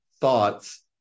thoughts